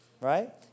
right